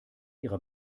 ihre